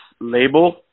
label